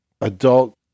adult